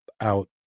out